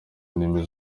indimi